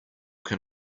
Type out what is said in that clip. can